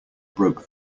broke